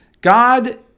God